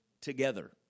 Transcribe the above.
together